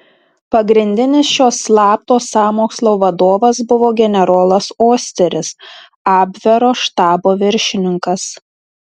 pagrindinis šio slapto sąmokslo vadovas buvo generolas osteris abvero štabo viršininkas